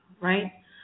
right